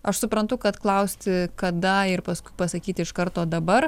aš suprantu kad klausti kada ir paskui pasakyti iš karto dabar